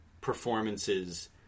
performances